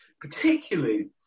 particularly